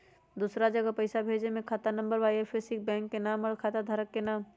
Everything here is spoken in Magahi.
दूसरा जगह पईसा भेजे में खाता नं, आई.एफ.एस.सी, बैंक के नाम, और खाता धारक के नाम?